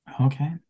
Okay